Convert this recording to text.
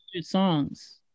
songs